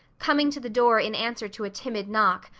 coming to the door in answer to a timid knock,